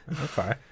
Okay